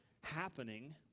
happening